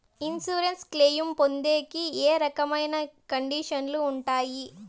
Insurance claim పొందేకి ఏ రకమైన కండిషన్లు ఉంటాయి?